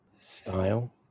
style